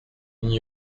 n’y